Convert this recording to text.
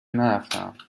نرفتهام